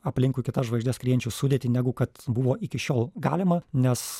aplinkui kitas žvaigždes skriejančių sudėtį negu kad buvo iki šiol galima nes